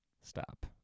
Stop